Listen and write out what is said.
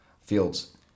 Fields